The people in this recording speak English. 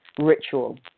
ritual